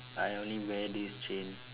I only wear this chain